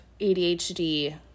ADHD